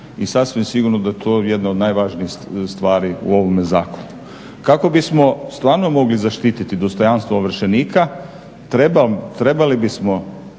i sasvim sigurno da je to jedna od najvažnijih stvari u ovome zakonu. Kako bismo stvarno mogli zaštititi dostojanstvo ovršenika, trebali bismo